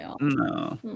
no